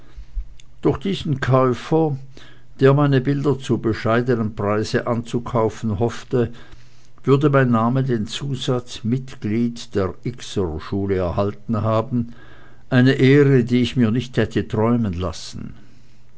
durch diesen käufer der meine bilder zu bescheidenem preise anzukaufen hoffte würde mein name den zusatz mitglied der x'er schule erhalten haben eine ehre die ich mir nicht hätte träumen lassen